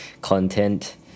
Content